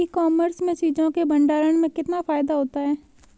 ई commerce में चीज़ों के भंडारण में कितना फायदा होता है?